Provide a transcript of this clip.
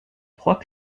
trois